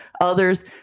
others